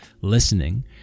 listening